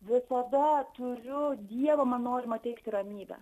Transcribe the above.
visada turiu dievo man norimą teikti ramybę